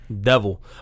devil